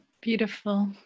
Beautiful